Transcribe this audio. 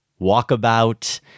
Walkabout